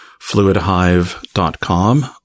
FluidHive.com